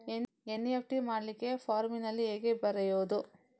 NEFT ಮಾಡ್ಲಿಕ್ಕೆ ಫಾರ್ಮಿನಲ್ಲಿ ಹೇಗೆ ಬರೆಯುವುದು?